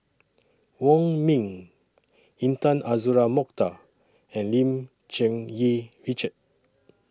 Wong Ming Intan Azura Mokhtar and Lim Cherng Yih Richard